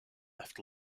left